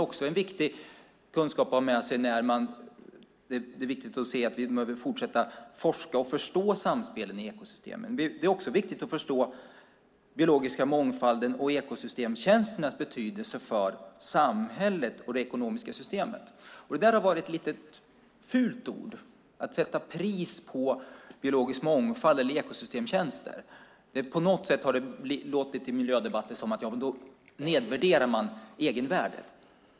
Det är också viktigt att se att vi behöver fortsätta att forska och förstå samspelet i ekosystemen. Det är viktigt att förstå biologiska mångfaldens och ekosystemstjänsternas betydelse för samhället och det ekonomiska systemet. Det har varit ett lite fult ord att säga att man sätter pris på biologisk mångfald eller ekosystemstjänster. På något sätt har det i miljödebatten låtit som att man då nedvärderar egenvärdet.